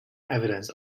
evidence